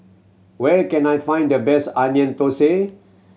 where can I find the best Onion Thosai